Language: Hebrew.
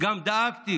גם דאגתי